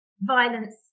violence